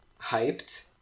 hyped